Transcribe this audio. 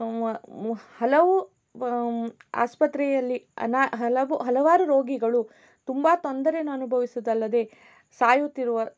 ಹಲವು ಆಸ್ಪತ್ರೆಯಲ್ಲಿ ಅನಾ ಹಲವು ಹಲವಾರು ರೋಗಿಗಳು ತುಂಬ ತೊಂದರೆಯನ್ನು ಅನುಭವಿಸುವುದಲ್ಲದೆ ಸಾಯುತ್ತಿರುವ